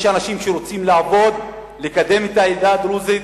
יש אנשים שרוצים לעבוד, לקדם את העדה הדרוזית,